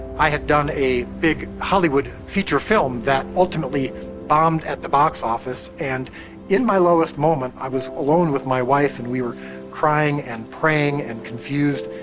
i had done a big hollywood feature film that ultimately bombed at the box office, and in my lowest moment, i was alone with my wife and we were crying and praying and confused.